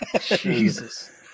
Jesus